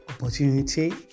opportunity